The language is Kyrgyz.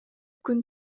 күн